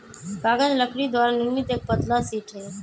कागज लकड़ी द्वारा निर्मित एक पतला शीट हई